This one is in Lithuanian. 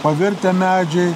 pavirtę medžiai